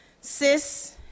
cis